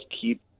keep